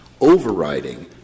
overriding